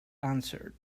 answered